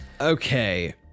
Okay